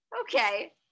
Okay